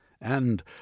and